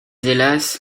hélas